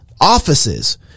offices